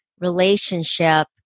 relationship